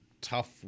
tough